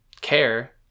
care